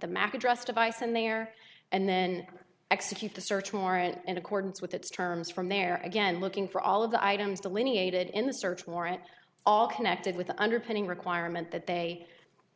the mac address device and there and then execute the search warrant in accordance with its terms from there again looking for all of the items delineated in the search warrant all connected with underpinning requirement that they